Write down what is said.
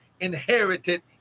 inherited